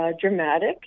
dramatic